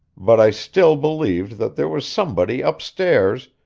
but i still believed that there was somebody upstairs,